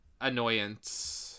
annoyance